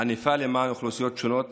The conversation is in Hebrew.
פעילות קהילתית ענפה למען אוכלוסיות שונות